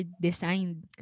designed